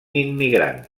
immigrant